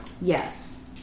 Yes